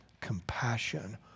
compassion